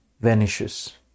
vanishes